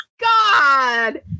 God